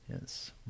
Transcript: Yes